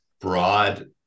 broad